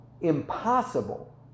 impossible